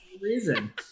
reason